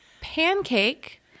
Pancake